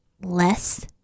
less